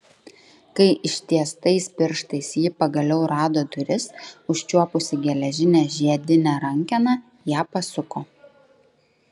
kai ištiestais pirštais ji pagaliau rado duris užčiuopusi geležinę žiedinę rankeną ją pasuko